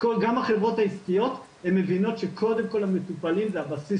גם החברות העסקיות הן מבינות שקודם כל המטופלים זה הבסיס